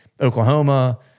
oklahoma